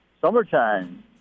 summertime